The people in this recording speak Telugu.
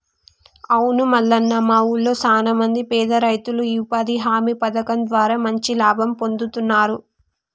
అవును మల్లన్న మా ఊళ్లో సాన మంది పేద రైతులు ఈ ఉపాధి హామీ పథకం ద్వారా మంచి లాభం పొందుతున్నారు